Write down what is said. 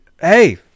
hey